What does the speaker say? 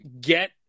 get